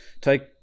take